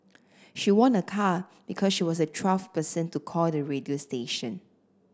she won a car because she was the twelfth person to call the radio station